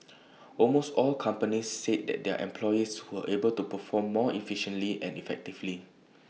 almost all companies said that their employees were able to perform more efficiently and effectively